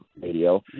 radio